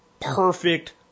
perfect